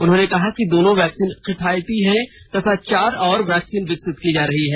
उन्होंने कहा कि दोनों वैक्सीन किफायती हैं तथा चार और वैक्सीन विकसित की जो रही है